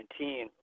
2019